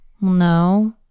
no